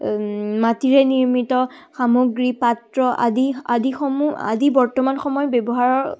মাটিৰে নিৰ্মিত সামগ্ৰী পাত্ৰ আদি আদিসমূহ আদি বৰ্তমান সময়ত ব্যৱহাৰৰ